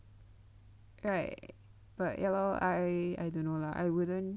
right but ya lor I don't know lah I wouldn't